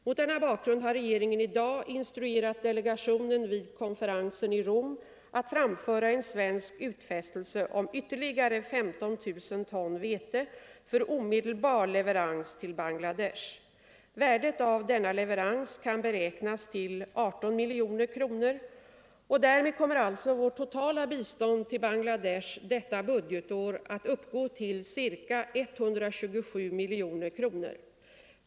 Mot denna bakgrund har regeringen i dag instruerat delegationen vid konferensen i Rom att framföra en svensk utfästelse om ytterligare 15 000 ton vete för omedelbar leverans till Bangladesh. Värdet av denna leverans kan beräknas till 18 miljoner kronor, och därmed kommer värdet av vårt totala bistånd till Bangladesh detta budgetår att uppgå till ca 127 miljoner kronor.